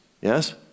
Yes